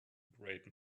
great